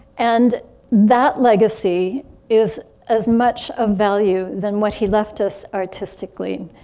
and that legacy is as much of value than what he left us artistically.